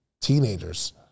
teenagers